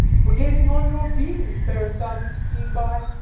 for gazing on your beams, fair sun, being by.